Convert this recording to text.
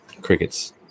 crickets